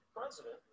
President